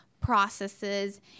processes